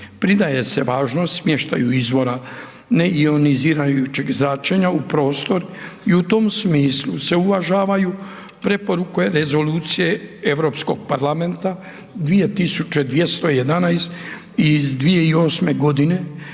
Pridaje se važnost smještaju izvor neionizirajućeg zračenja u prostor i u tom smislu se uvažavaju preporuke Rezolucije Europskog parlamenta 2011/2008 godine